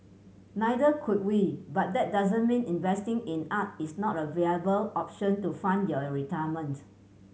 neither could we but that doesn't mean investing in art is not a viable option to fund your retirement